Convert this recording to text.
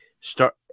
start